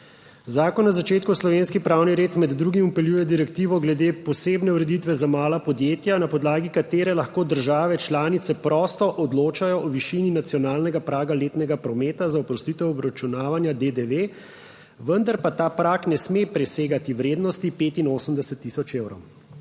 Zakon na začetku v slovenski pravni red med drugim vpeljuje direktivo glede posebne ureditve za mala podjetja, na podlagi katere lahko države članice prosto odločajo o višini nacionalnega praga letnega prometa za oprostitev obračunavanja DDV, vendar pa ta prag ne sme presegati vrednosti 85 tisoč evrov.